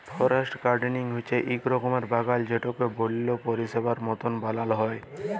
forest gardening হচ্যে এক রকমের বাগাল যেটাকে বল্য পরিবেশের মত বানাল হ্যয়